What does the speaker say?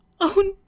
own